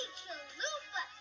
chalupa